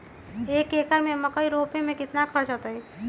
एक एकर में मकई रोपे में कितना खर्च अतै?